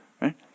right